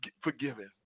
forgiven